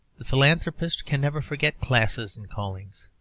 the philanthropist can never forget classes and callings.